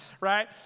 right